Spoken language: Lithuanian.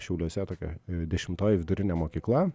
šiauliuose tokia dešimtoji vidurinė mokykla